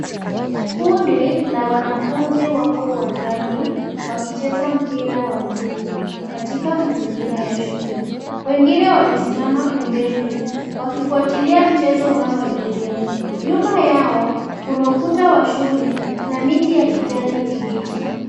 Kundi la wanafunzi wako uwanjani wakicheza mpira wa miguu katika mazingira ya shule. Wengine wamesimama pembeni wakifuatilia mchezo unaoendelea. Nyuma yao kuna ukuta wa shule na miti ya kijani kibichi.